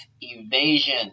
evasion